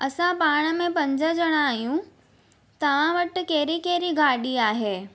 असां पाण में पंज ॼणा आहियूं तव्हां वटि कहिड़ी कहिड़ी गाॾी आहे